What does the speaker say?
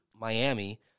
Miami